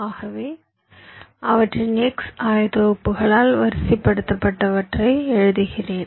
ஆகவே அவற்றின் x ஆயத்தொகுப்புகளால் வரிசைப்படுத்தப்பட்டவற்றை எழுதுகிறேன்